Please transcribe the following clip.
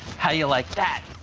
how you like that?